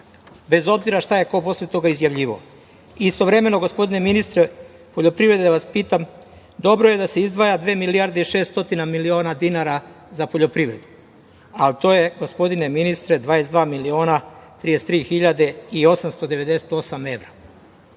bez obzira šta je ko posle toga izjavljivao. Istovremeno, gospodine ministre poljoprivrede, da vas pitam nešto. Dobro je da se izdvaja dve milijarde i 600 miliona dinara za poljoprivredu, ali to je, gospodine ministre, 22 miliona 33 hiljade i 898 evra.